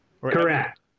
Correct